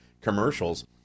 commercials